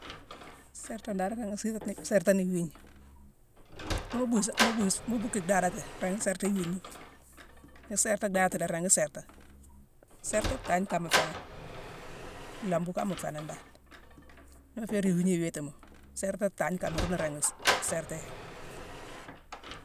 Sértane, ndari ringi-sértatini sértani iwiigna: ni mu buu-song-mu buu-son-mu buu ki dhaadati, ringi sérta iwiigna. Ni sérta daadati la ri, ringi sérta. Sértane tangne kama féé nangh, nlambu kama féé nangh dan. Ni mu féérine iwiigne iwiitima, sértane tangne kama runa ringi-s-sérta yi.